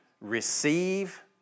receive